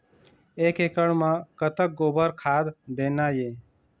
एक एकड़ म कतक गोबर खाद देना ये?